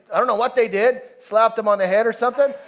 i don't know what they did, slapped him on the head or something,